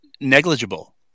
negligible